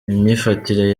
imyifatire